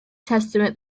testament